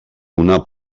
una